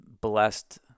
blessed